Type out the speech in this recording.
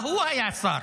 שבה הוא היה שר.